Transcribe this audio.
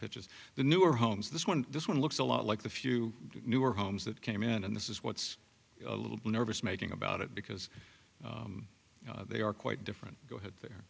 pitches the newer homes this one this one looks a lot like the few newer homes that came in and this is what's a little bit nervous making about it because they are quite different go ahead the